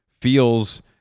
feels